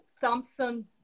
Thompson